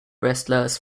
wrestlers